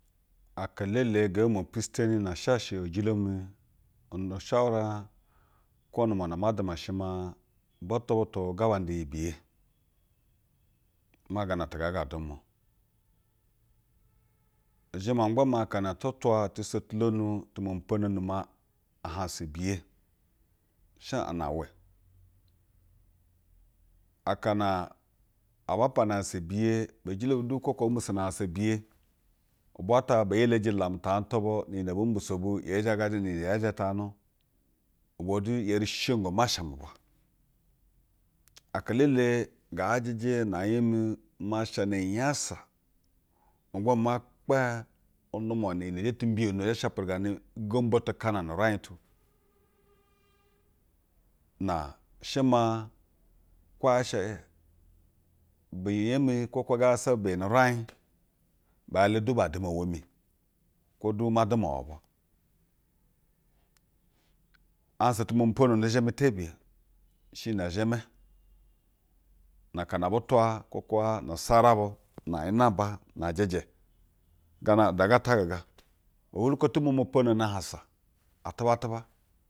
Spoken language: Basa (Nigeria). Aka elele ngee meme pishi keni na ashashe eyejilo mi na ashashɛ eyejilo mi na ushawura kwo nun ndumwa na ama duma shemaa, butu butu ga ba nda iyi biye. Maa gaa na te ngaa ga dumwa izheme ma gba maa akana atu twa, oto sotulonu, tu momo pwono ahansa ashansa biye biyejilo bu du kwo kana ba mbisona ahansa biye ubwa kaa bo mbisona a hansa biye ubwa ata bee yeleji ulama tahagnu tu bu ni iyi ne obu mbiso bu yee zhagajɛ nu yee zhe tahajnu ubwa du yeri sheyingo masha bwa. Aka elele nga jeje noanya mi, ima ashana iyi unyasa ma gba maa me kpe n-ndumwa oni iyi ne zhe ti mbiyana na shape regane ugombo te kaana nu urai j tu na she maa ko yaa she binya mi kwo kaa she ngaa zasaba beyi nu-uraij ba ala du ba duma iwe mi kwo du ma duma iwɛ bwa. Ahansa tu momo pwononu zhewe tebiya, i she iyi ne zheme na aka na abu two kwo kuw nuusura bu ata gefa, ohwolo oko tu momo pwo nonu ahansa. Atuba tuba